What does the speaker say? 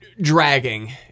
dragging